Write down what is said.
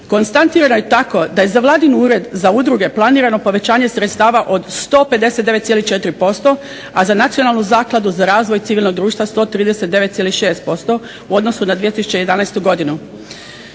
Konstatirano je i tako da je za vladin Ured za udruge planirano povećanje sredstava od 159,4% a za Nacionalnu zakladu za razvoj civilnog društva 139,6% u odnosu na 2011. godinu.